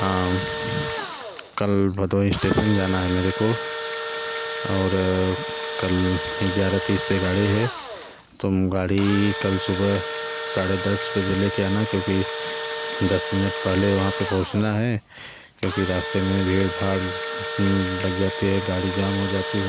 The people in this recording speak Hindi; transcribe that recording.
हाँ कल भदोही स्टेशन जाना है मेरे को और कल ग्यारह तीस पर गाड़ी है तुम गाड़ी कल सुबह साढ़े दस बजे ले के आना क्योंकि दस मिनट पहले वहाँ पर पहुँचना है क्योंकि रास्ते में भीड़ भाड़ लग जाती है गाड़ी जाम हो जाती है